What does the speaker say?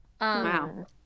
Wow